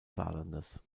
saarlandes